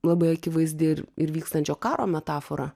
labai akivaizdi ir ir vykstančio karo metafora